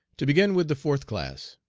to begin with the fourth class.